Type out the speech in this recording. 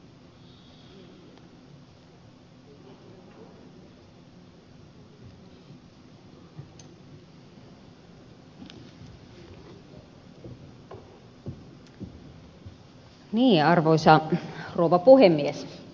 arvoisa rouva puhemies